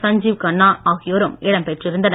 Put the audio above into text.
சஞ்சீவ் கன்னா ஆகியோரும் இடம் பெற்று இருந்தனர்